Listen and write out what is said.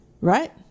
right